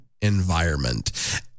environment